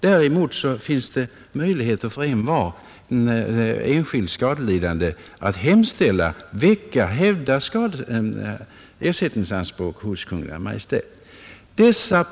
Däremot finns möjlighet för envar enskild skadelidande att hävda ersättningsanspråk hos Kungl. Maj:t.